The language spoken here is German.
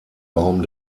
baum